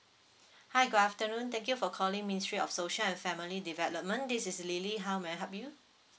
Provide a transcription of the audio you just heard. hi good afternoon thank you for calling ministry of social and family development this is lily how may I help you